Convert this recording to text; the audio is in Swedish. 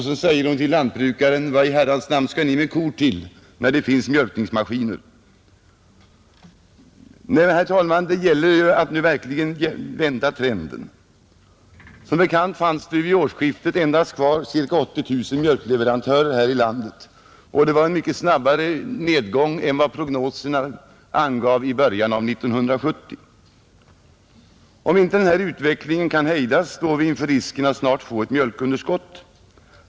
Så säger hon till lantbrukaren: ”Vad i Herrans namn skall ni med kor till när det finns mjölkningsmaskiner? ” Nej, herr talman, det gäller verkligen nu att vända trenden. Vid årsskiftet 1970—1971 fanns det kvar endast ca 80 000 mjölkleverantörer här i landet, Detta innebar en avsevärt snabbare nedgång än prognoserna i början av år 1970 gav vid handen. Om inte denna utveckling kan hejdas står vi inför risken att snart få ett mjölkunderskott.